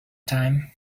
time